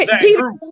Peter